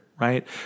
right